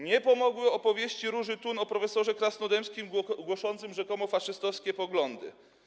Nie pomogły opowieści Róży Thun o prof. Krasnodębskim głoszącym rzekomo faszystowskie poglądy.